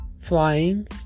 flying